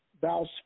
thou